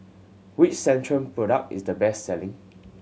which Centrum product is the best selling